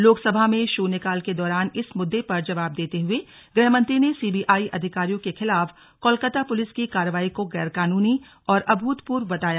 लोकसभा में शून्य काल के दौरान इस मुद्दे पर जवाब देते हुए गृहमंत्री ने सीबीआई अधिकारियों के खिलाफ कोलकाता पुलिस की कार्रवाई को गैरकानूनी और अभूतपूर्व बताया